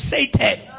Satan